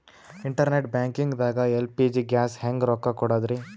Internet banking ದಾಗ LPG ಗ್ಯಾಸ್ಗೆ ಹೆಂಗ್ ರೊಕ್ಕ ಕೊಡದ್ರಿ?